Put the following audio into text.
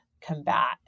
combat